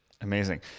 Amazing